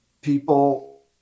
people